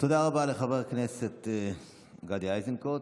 תודה רבה לחבר הכנסת גדי איזנקוט.